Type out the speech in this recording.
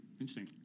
Interesting